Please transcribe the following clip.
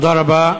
תודה רבה.